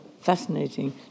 fascinating